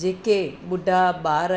जेके ॿुढा ॿार